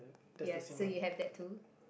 yes so you have that too